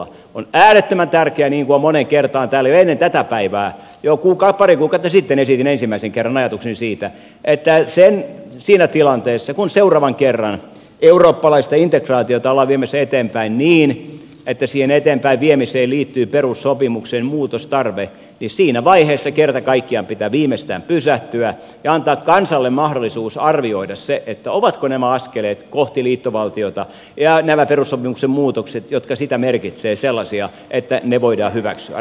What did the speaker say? on äärettömän tärkeää niin kuin olen moneen kertaan täällä jo ennen tätä päivää esittänyt jo pari kuukautta sitten esitin ensimmäisen kerran ajatuksen siitä että siinä tilanteessa kun seuraavan kerran eurooppalaista integraatiota ollaan viemässä eteenpäin niin että siihen eteenpäinviemiseen liittyy perussopimuksen muutostarve siinä vaiheessa kerta kaikkiaan pitää viimeistään pysähtyä ja antaa kansalle mahdollisuus arvioida se ovatko nämä askeleet kohti liittovaltiota ja nämä perussopimuksen muutokset jotka sitä merkitsevät sellaisia että ne voidaan hyväksyä